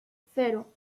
cero